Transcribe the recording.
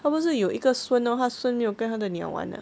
他不是有一个孙 lor 他孙没有跟他的鸟玩啊